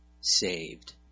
saved